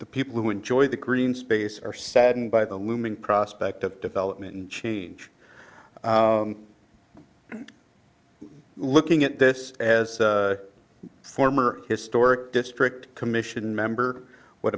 the people who enjoy the green space are saddened by the looming prospect of development and change looking at this as a former historic district commission member w